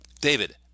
David